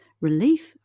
relief